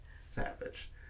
Savage